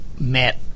met